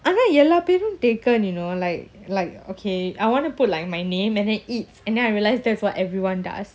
ஆனாஎல்லாபேரும்:ana ella perum taken you know like like okay I want to put like my name and then eats and then I realised that's what everyone does